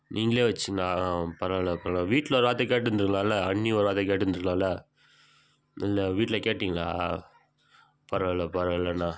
நீங்களே வெச்சுங்கனாலாம் பரவாயில்ல போல் வீட்டில் ஒரு வார்த்தை கேட்டிருந்துருக்கலாம்ல அண்ணியை ஒரு வார்த்தை கேட்டிருந்துருக்கலாம்ல இல்லை வீட்டில் கேட்டிங்களா பரவாயில்ல பரவாயில்லண்ணா